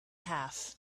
half